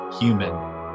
Human